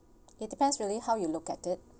it depends really how you look at it